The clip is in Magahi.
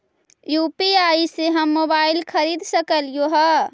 यु.पी.आई से हम मोबाईल खरिद सकलिऐ है